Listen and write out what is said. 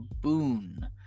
boon